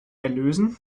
erlösen